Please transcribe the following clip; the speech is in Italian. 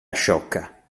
sciocca